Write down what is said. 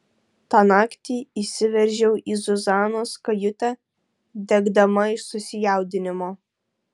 tą naktį įsiveržiau į zuzanos kajutę degdama iš susijaudinimo